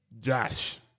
Josh